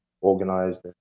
organized